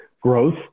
growth